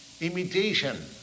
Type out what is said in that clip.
imitation